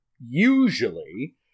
Usually